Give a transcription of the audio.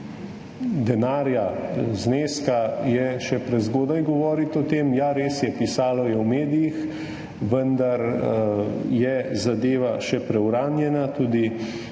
denarja, zneska, je še prezgodaj govoriti o tem. Ja, res je, pisalo je v medijih, vendar je zadeva še preuranjena.